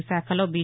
విశాఖలో బి